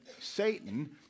Satan